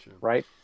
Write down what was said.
right